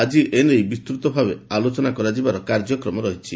ଆଜି ଏ ବିଷୟରେ ବିସ୍ଠିତ ଭାବେ ଆଲୋଚନା କରାଯିବାର କାର୍ଯ୍ୟକ୍ରମ ରହିଛି